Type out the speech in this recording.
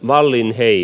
wallin ei